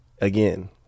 again